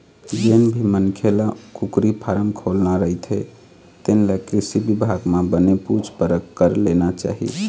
जेन भी मनखे ल कुकरी फारम खोलना रहिथे तेन ल कृषि बिभाग म बने पूछ परख कर लेना चाही